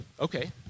Okay